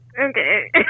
okay